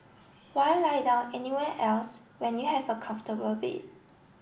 why lie down anywhere else when you have a comfortable bed